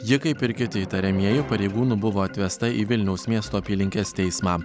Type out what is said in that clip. ji kaip ir kiti įtariamieji pareigūnų buvo atvesta į vilniaus miesto apylinkės teismą